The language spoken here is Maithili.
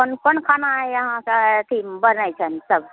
कोन खाना अइ अहाँके अथीमे बनै छनि सब